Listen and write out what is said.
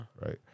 Right